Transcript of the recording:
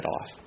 off